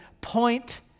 point